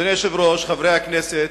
אדוני היושב-ראש, חברי הכנסת,